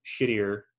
shittier